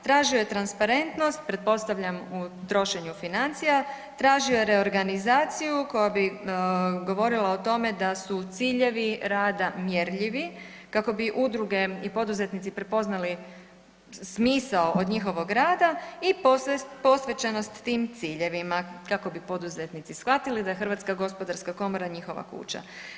Tražio je transparentnost pretpostavljam u trošenju financija, tražio je reorganizaciju koja bi govorila o tome da su ciljevi rada mjerljivi kako bi udruge i poduzetnici prepoznali smisao od njihovih rada i posvećenost tim ciljevima kako bi poduzetnici shvatili da je Hrvatska gospodarska komora njihova kuća.